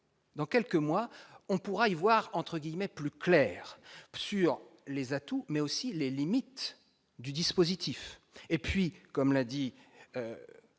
dans quelques mois, on pourra y voir, entre guillemets, plus clair sur les atouts mais aussi les limites du dispositif et puis comme l'a dit une